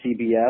CBS